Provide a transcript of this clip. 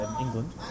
England